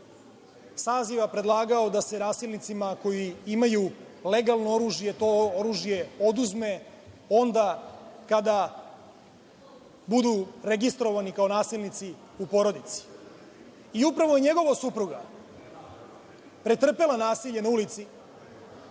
saziva predlagao da se nasilnicima koji imaju legalno oružje to oružje oduzme onda kada budu registrovani kao nasilnici u porodici. I upravo njegova supruga pretrpela je nasilje na ulici,